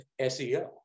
SEO